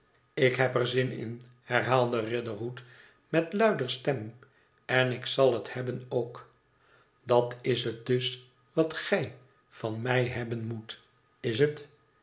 ik heb er zin in herhaalde riderhood met luider stem en ik zal het hebben ook tdat is het dus wat gij van mij hebben moet is het